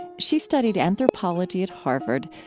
she studied anthropology at harvard,